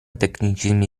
tecnicismi